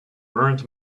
burnt